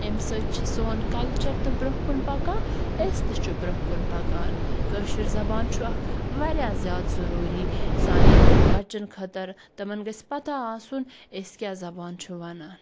اَمہِ سۭتۍ چھُ سون کَلچَر تہٕ برٛونٛہہ کُن پَکان أسۍ تہِ چھِ برٛونٛہہ کُن پَکان کٲشٕر زَبان چھُ اکھ واریاہ زیاد ضٔروٗری سانٮ۪ن بَچَن خٲطٕر تِمَن گَژھِ پَتَہ آسُن أسۍ کیٛاہ زَبان چھُ وَنان